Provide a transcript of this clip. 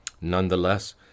Nonetheless